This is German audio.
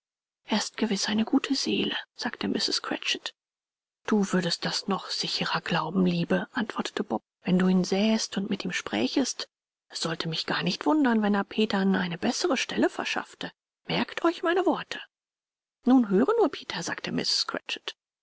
ist gewiß eine gute seele sagte mrs cratchit du würdest das noch sicherer glauben liebe antwortete bob wenn du ihn sähest und mit ihm sprächest es sollte mich gar nicht wundern wenn er petern eine bessere stelle verschaffte merkt euch meine worte nun höre nur peter sagte